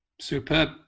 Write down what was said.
Superb